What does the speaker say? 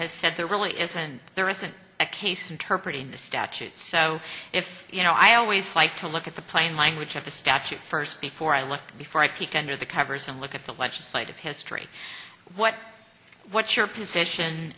has said there really isn't there isn't a case interpret in the statute so if you know i always like to look at the plain language of the statute first before i look before i can hear the covers and look at the legislative history what what's your position